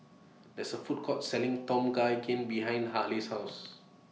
There IS Food Court Selling Tom Kha Gai behind Haley's House